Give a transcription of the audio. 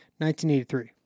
1983